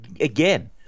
again